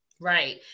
Right